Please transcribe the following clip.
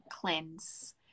cleanse